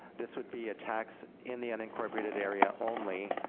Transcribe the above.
this would be a tax in the unincorporated area only,